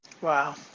Wow